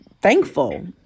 thankful